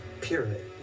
pyramid